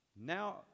Now